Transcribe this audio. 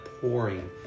pouring